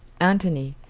antony,